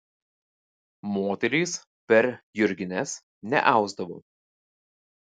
moterys per jurgines neausdavo